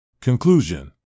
Conclusion